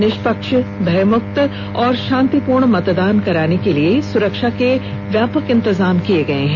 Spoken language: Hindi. निष्पक्ष भयमुक्त और शांतिपूर्ण मतदान कराने के लिए सुरक्षा के व्यापक इंतजाम किये गये हैं